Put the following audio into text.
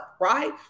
right